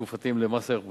התקופתיים למס ערך מוסף,